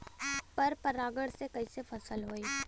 पर परागण से कईसे फसल होई?